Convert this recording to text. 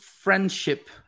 friendship